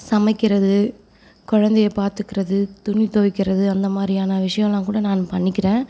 சமைக்கிறது குழந்தைய பார்த்துக்குறது துணி துவைக்குறது அந்தமாதிரியான விஷயல்லாம் கூட நான் பண்ணிக்கிறேன்